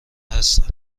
هستند